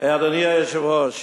אדוני היושב-ראש,